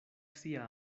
sia